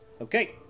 Okay